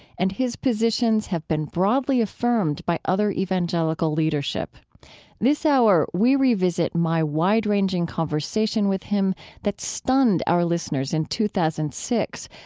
and his positions have been broadly affirmed by other evangelical leadership this hour, we revisit my wide-ranging conversation with him that stunned our listeners in two thousand and six,